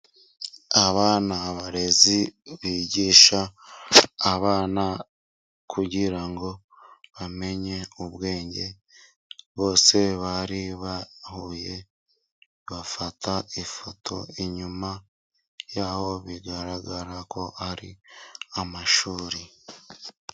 Aba ni abarezi bigisha abana kugira ngo bamenye ubwenge. Bose bari bahuye bafata ifoto inyuma hayo bigaragara ko ari amashuri.